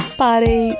party